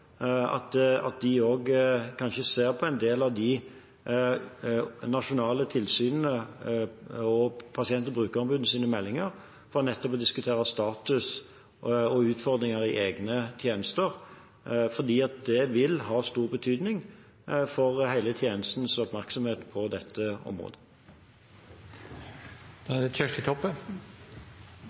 og at de også kanskje ser på en del av de nasjonale tilsynene og pasient- og brukerombudenes meldinger, for nettopp å diskutere status og utfordringer i egne tjenester, fordi det vil ha stor betydning for hele tjenestens oppmerksomhet på dette området. Eg tar ordet fordi det